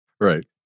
Right